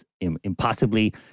impossibly